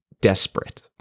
desperate